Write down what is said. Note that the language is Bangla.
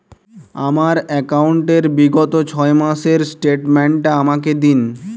আমার অ্যাকাউন্ট র বিগত ছয় মাসের স্টেটমেন্ট টা আমাকে দিন?